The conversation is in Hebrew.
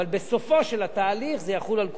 אבל בסופו של התהליך זה יחול על כולם.